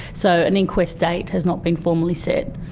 so an inquest date has not been formally set.